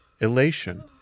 elation